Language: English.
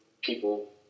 people